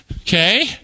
Okay